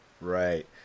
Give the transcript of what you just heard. right